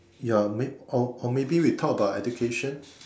ya may or or maybe we talk about education